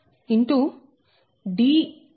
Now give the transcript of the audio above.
12